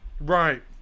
Right